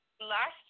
Last